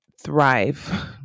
Thrive